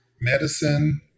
medicine